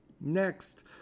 Next